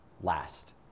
last